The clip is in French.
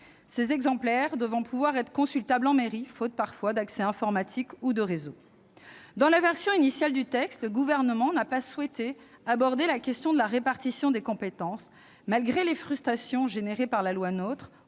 ces exemplaires devant pouvoir être consultables en mairie, faute parfois d'accès informatique ou de réseau. Dans la version initiale du texte, le Gouvernement n'a pas souhaité aborder la question de la répartition des compétences. Malgré les frustrations générées par la loi NOTRe